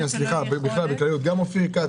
גם אופיר כץ,